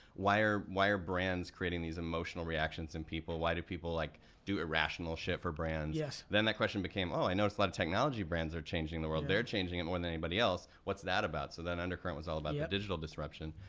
why are why are brands creating these emotional reactions in people, why do people like do irrational shit for brands? then that question became, oh, i notice a lot of technology brands are changing the world. they're changing it more than anybody else, what's that about? so then undercurrent was all about the digital disruption,